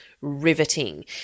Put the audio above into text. riveting